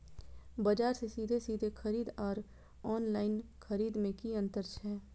बजार से सीधे सीधे खरीद आर ऑनलाइन खरीद में की अंतर छै?